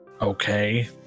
Okay